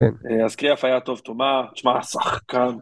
אז כיוף היה טוב תומה, תשמע שחקן.